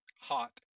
hot